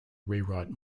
rewrite